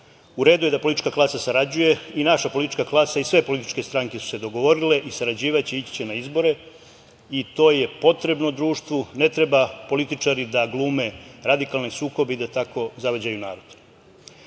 U redu je da politička klasa sarađuje i naša politička klasa i sve političke stranke su se dogovorile i sarađivaće, ići će na izbore i to je potrebno društvu. Ne treba političari da glume radikalne sukobe i da tako zavađaju